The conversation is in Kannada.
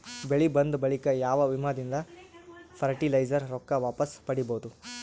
ಬೆಳಿ ಬಂದ ಬಳಿಕ ಯಾವ ವಿಮಾ ದಿಂದ ಫರಟಿಲೈಜರ ರೊಕ್ಕ ವಾಪಸ್ ಪಡಿಬಹುದು?